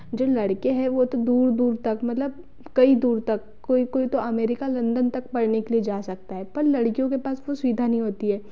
जो लड़के हैं वो तो दूर दूर तक मतलब कई दूर तक कोई कोई तो अमेरिका लन्दन तक पढ़ने के लिए जा सकता है पर लड़कियों के पास कोई सुविधा नहीं होती है